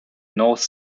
north